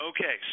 Okay